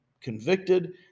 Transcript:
convicted